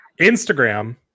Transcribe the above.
Instagram